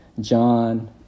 John